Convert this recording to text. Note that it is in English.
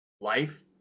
life